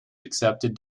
accepted